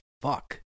fuck